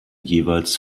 jeweils